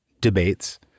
debates